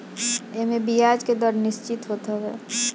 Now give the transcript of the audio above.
एमे बियाज के दर निश्चित होत हवे